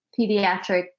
pediatric